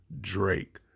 Drake